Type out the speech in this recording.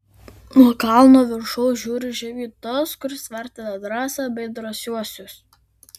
nuo kalno viršaus žiūri žemyn tas kuris vertina drąsą bei drąsiuosius